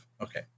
Okay